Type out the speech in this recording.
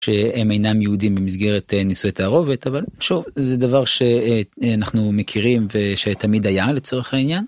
שהם אינם יהודים במסגרת נישואי תערובת אבל זה דבר שאנחנו מכירים ושתמיד היה לצורך העניין.